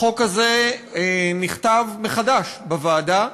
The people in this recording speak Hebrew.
החוק הזה נכתב מחדש בוועדה,